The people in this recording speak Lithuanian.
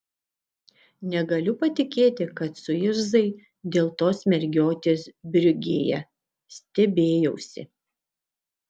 negaliu patikėti kad suirzai dėl tos mergiotės briugėje stebėjausi